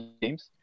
games